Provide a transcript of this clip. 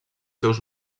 seus